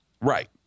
right